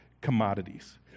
commodities